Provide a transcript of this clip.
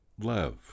love